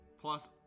plus